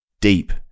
deep